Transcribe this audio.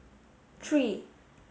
three